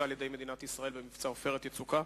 על-ידי מדינת ישראל במבצע "עופרת יצוקה".